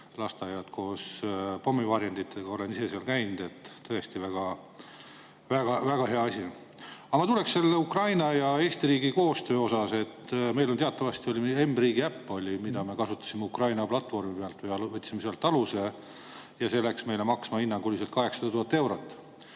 lasteaiad koos pommivarjenditega. Olen ise seal käinud, tõesti väga head asjad. Aga ma tuleksin selle Ukraina ja Eesti riigi koostöö juurde. Meil teatavasti oli mRiigi äpp, mida me kasutasime Ukraina platvormi peal, võtsime sealt aluse, ja see läks meile maksma hinnanguliselt 800 000 eurot,